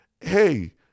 hey